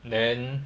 then